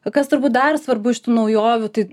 kol kas turbūt dar svarbu iš tų naujovių tai